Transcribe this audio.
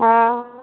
हँ